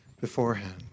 beforehand